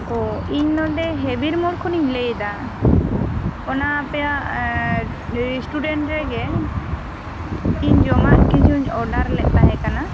ᱤᱧ ᱱᱚᱸᱰᱮ ᱦᱮᱵᱤᱲ ᱢᱳᱲ ᱠᱷᱚᱱ ᱤᱧ ᱞᱟᱹᱭ ᱮᱫᱟ ᱚᱱᱟ ᱟᱯᱮᱭᱟᱜ ᱨᱮᱥᱴᱩᱨᱮᱱᱴ ᱨᱮᱜᱮ ᱤᱧ ᱡᱚᱢᱟᱜ ᱠᱤᱪᱷᱩᱧ ᱚᱰᱟᱨ ᱞᱮᱫ ᱛᱟᱦᱮᱸ ᱠᱟᱱᱟ